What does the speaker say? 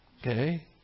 Okay